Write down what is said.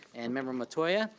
and member metoyer,